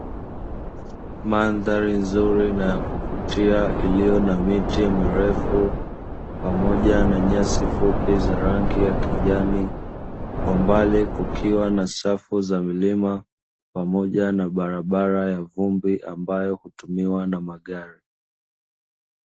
Mandhari nzuri na ya kuvutia ikiwa na miti mirefu pamoja na nyasi fupi za rangi ya kijani. Kwa mbali kukiwa na safu za milima, pamoja na barabara ya vumbi ambayo hutumiwa na magari.